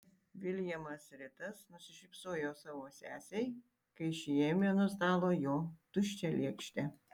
viljamas ritas nusišypsojo savo sesei kai ši ėmė nuo stalo jo tuščią lėkštę